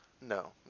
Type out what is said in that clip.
No